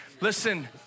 Listen